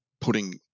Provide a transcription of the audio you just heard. putting